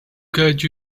guide